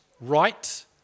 right